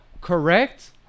correct